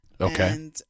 Okay